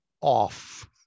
off